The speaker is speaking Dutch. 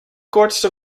kortste